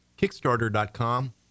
Kickstarter.com